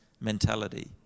mentality